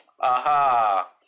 Aha